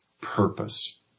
purpose